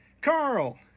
Carl